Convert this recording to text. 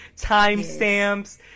timestamps